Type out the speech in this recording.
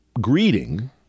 greeting